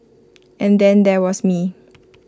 and then there was me